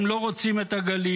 הם לא רוצים את הגליל,